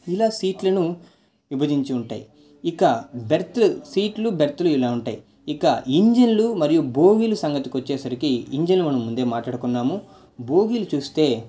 ఇలా సీట్లను విభజించి ఉంటయి ఇక బెర్తు సీట్లు బెర్తులు ఇలా ఉంటాయి ఇక ఇంజన్లు మరియు భోగీలు సంగతికి వచ్చేసరికి ఇంజన్ మనం ముందే మాట్లాడుకున్నాము భోగిలు చూస్తే